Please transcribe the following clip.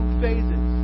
phases